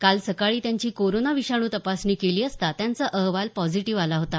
काल सकाळी त्यांची कोरोना विषाणू तपासणी केली असता त्यांचा अहवाल पॉझिटीव्ह आला होता